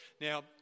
Now